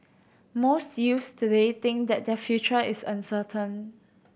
most youths today think that their future is uncertain